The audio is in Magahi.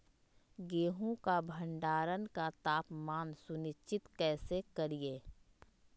गेहूं का भंडारण का तापमान सुनिश्चित कैसे करिये?